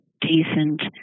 decent